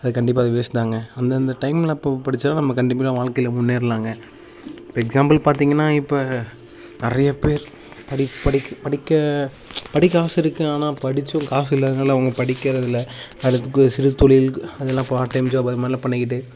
அது கண்டிப்பாக அது வேஸ்ட் தாங்க அந்தந்த டைமில் அப்போப்போ படிச்சால் நம்ம கண்டிப்பாக வாழ்க்கையில் முன்னேறலாங்க இப்போ எக்ஸாம்புள் பார்த்திங்கன்னா இப்போ நிறைய பேர் படிக் படிக் படிக்க படிக்க ஆசை இருக்குது ஆனால் படிச்சும் காசு இல்லாதனால் அவங்க படிக்கிறது இல்லை அதில் சிறு தொழில் அதெல்லாம் பார்ட் டைம் ஜாப் அது மாதிரிலாம் பண்ணிக்கிட்டு